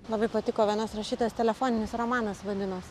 labai patiko vienas rašytojos telefoninis romanas vadinos